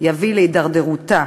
יביא להתדרדרותה.